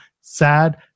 Sad